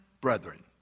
brethren